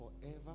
forever